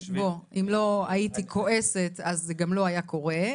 אם לא הייתי כועסת זה גם לא היה קורה,